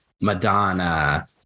Madonna